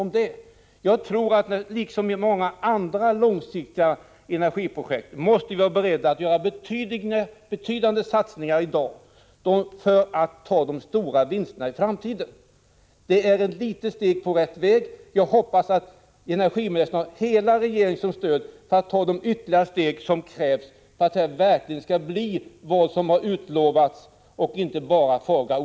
Liksom i fråga om många andra långsiktiga energiprojekt måste vi i dag vara beredda att göra betydande satsningar för att få stora vinster i framtiden. Det här är ett litet steg på rätt väg. Jag hoppas att energiministern har hela regeringens stöd när det gäller att ta de ytterligare steg som krävs för att det som har utlovats skall bli verklighet och inte bara är fagra ord.